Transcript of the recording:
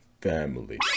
Family